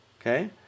okay